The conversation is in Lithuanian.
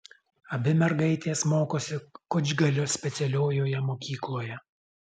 abi mergaitės mokosi kučgalio specialiojoje mokykloje